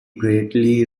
greatly